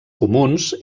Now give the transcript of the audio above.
comuns